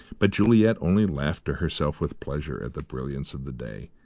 but juliet only laughed to herself with pleasure at the brilliancy of the day.